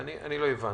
לא הבנתי.